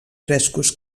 frescos